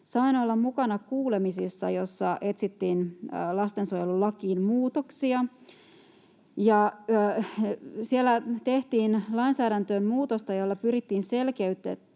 olla mukana kuulemisissa, joissa etsittiin lastensuojelulakiin muutoksia. Siellä tehtiin lainsäädäntöön muutosta, jolla pyrittiin selkeyttämään